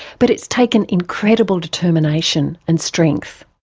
but it's taken incredible determination and strength.